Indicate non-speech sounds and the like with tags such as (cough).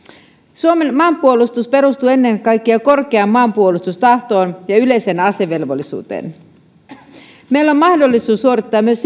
suomen maanpuolustus perustuu ennen kaikkea korkeaan maanpuolustustahtoon ja yleiseen asevelvollisuuteen meillä on mahdollisuus suorittaa myös (unintelligible)